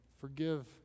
forgive